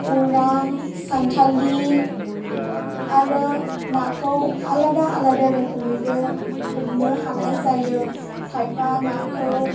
उरां सान्थालि आरो नाखौ आलादा आलादा रोखोमैबो हमनो हानाय जायो खायफा नाखौ